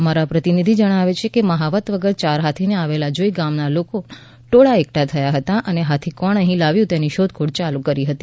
અમારા પ્રતિનિધિ જણાવે છે કે મહાવત વગર યાર હાથીને આવેલા જોઈ ગામ લોકોના ટોળાં એકઠા થયા હતા અને હાથી કોણ અહી લાવ્યું તેની શોધખોળ યાલુ કરી હતી